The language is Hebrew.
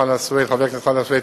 חבר הכנסת חנא סוייד,